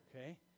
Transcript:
Okay